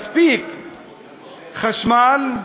לספק חשמל,